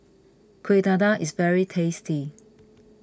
Kueh Dadar is very tasty